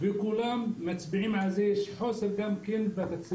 כולם מצביעים על זה שיש חוסר בתקציבים,